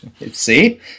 see